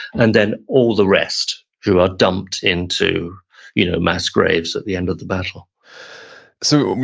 and then, all the rest who are dumped into you know mass graves at the end of the battle so,